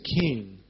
king